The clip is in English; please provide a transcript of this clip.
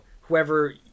whoever